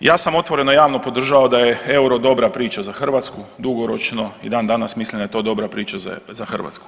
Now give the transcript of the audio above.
Ja sam otvoreno javno podržao da je EUR-o dobra priča za Hrvatsku dugoročno i dan danas mislim da je to dobra priča za Hrvatsku.